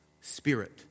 spirit